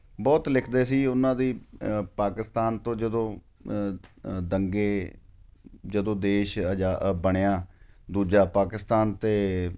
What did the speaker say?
ਬਹੁਤ ਲਿਖਦੇ ਸੀ ਉਹਨਾਂ ਦੀ ਪਾਕਿਸਤਾਨ ਤੋਂ ਜਦੋਂ ਦੰਗੇ ਜਦੋਂ ਦੇਸ਼ ਅਜਾ ਬਣਿਆ ਦੂਜਾ ਪਾਕਿਸਤਾਨ ਅਤੇ